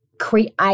create